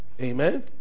Amen